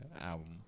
album